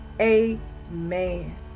Amen